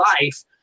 life